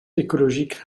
écologiques